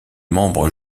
membres